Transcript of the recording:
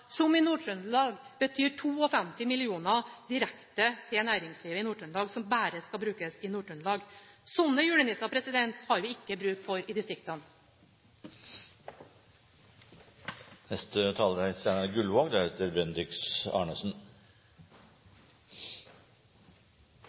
som i Nord-Trøndelag betyr 52 mill. kr direkte til næringslivet i Nord-Trøndelag, som bare skal brukes i Nord-Trøndelag. Slike julenisser har vi ikke bruk for i distriktene. Over 100 000 norske arbeidsplasser er